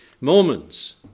Mormons